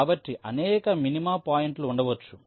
కాబట్టి అనేక మినిమా పాయింట్లు ఉండవచ్చు